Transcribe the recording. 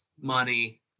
money